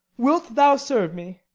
wilt thou serve me?